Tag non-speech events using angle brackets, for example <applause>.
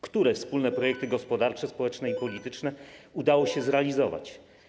Które wspólne <noise> projekty gospodarcze, społeczne i polityczne udało się zrealizować?